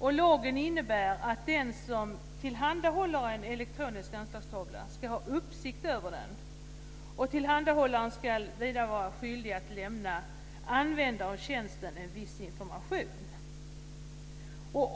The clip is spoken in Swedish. Lagen innebär att den som tillhandahåller en elektronisk anslagstavla ska ha uppsikt över den. Tillhandahållaren har vidare skyldighet att lämna användare av tjänsten en viss information.